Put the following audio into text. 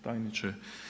Tajniče.